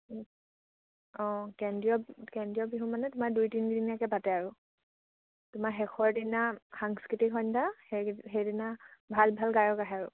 অঁ কেন্দ্ৰীয় কেন্দ্ৰীয় বিহু মানে তোমাৰ দুই তিনদিনীয়াকে পাতে আৰু তোমাৰ শেষৰ দিনা সাংস্কৃতিক সন্ধ্যা সেই সেইদিনা ভাল ভাল গায়ক আহে আৰু